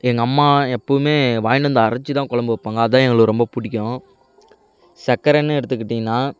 எங்கள் அம்மா எப்போவுமே வாங்கின்னு வந்து அரைச்சி தான் குழம்பு வைப்பாங்க அதான் எங்களுக்கு ரொம்ப பிடிக்கும் சக்கரைன்னு எடுத்துக்கிட்டிங்கன்னா